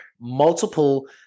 multiple